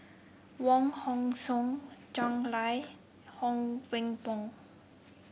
Wong Hong Suen Lai Huang Wenhong